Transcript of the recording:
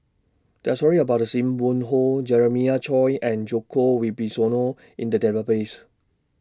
There Are stories about SIM Wong Hoo Jeremiah Choy and Djoko Wibisono in The Database